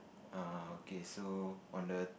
err okay so on the